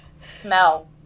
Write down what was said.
smell